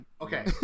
Okay